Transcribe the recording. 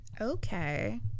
okay